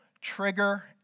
trigger